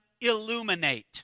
illuminate